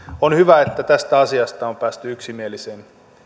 on hyvä että tästä asiasta on valiokunnassa päästy yksimieliseen